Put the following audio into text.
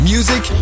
Music